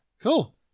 Cool